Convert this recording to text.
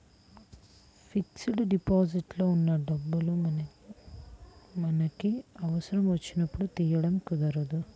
fixed deposit ఖాతాలో ఉన్న డబ్బులు మనకి అవసరం వచ్చినప్పుడు తీయడం కుదరదు